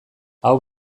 hau